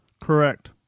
Correct